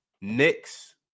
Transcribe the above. Knicks